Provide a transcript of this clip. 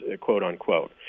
quote-unquote